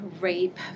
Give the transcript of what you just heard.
rape